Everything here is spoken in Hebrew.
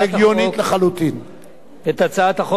שאני מגיש בפני מליאת הכנסת.